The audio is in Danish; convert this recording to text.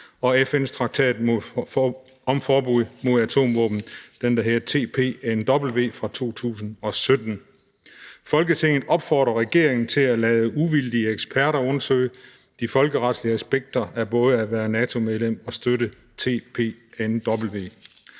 og - FN’s traktat om forbud mod atomvåben (TPNW fra 2017). Folketinget opfordrer regeringen til at lade uvildige eksperter undersøge de folkeretlige aspekter af både at være NATO-medlem og støtte TPNW«.